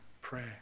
pray